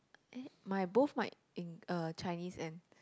eh my both my Eng~ Chinese and